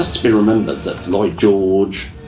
to be remembered that lloyd george,